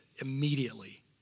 immediately